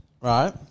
right